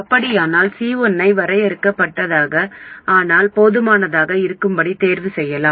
அப்படியானால் C1ஐ வரையறுக்கப்பட்டதாக ஆனால் போதுமானதாக இருக்கும்படி தேர்வு செய்யலாம்